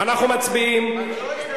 היום לבוא לפה,